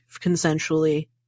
consensually